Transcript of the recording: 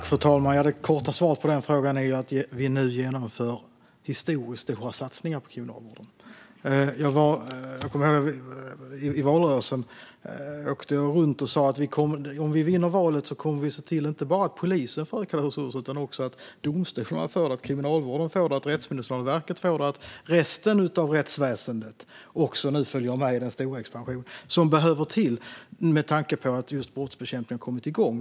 Fru talman! Det korta svaret på den frågan är att vi nu genomför historiskt stora satsningar på kriminalvården. I valrörelsen åkte jag runt och sa att om vi vinner valet kommer vi att se till att inte bara polisen får ökade resurser utan att också domstolarna, kriminalvården, Rättsmedicinalverket och resten av rättsväsendet nu också följer med i den stora expansion som behöver komma till med tanke på att just brottsbekämpningen kommit i gång.